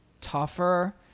tougher